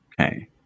Okay